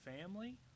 family